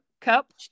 cup